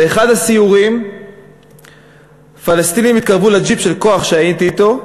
באחד הסיורים פלסטינים התקרבו לג'יפ של כוח שהייתי אתו.